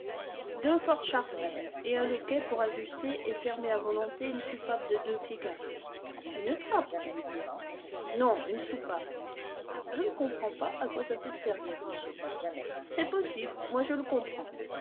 deux fortes charnières et un loquet pour ajuster et fermer à volonté une soupape de deux pieds carrés une trappe tu veux dire non une soupape je ne comprends pas à quoi ça peut te servir une soupape c'est possible moi je le comprends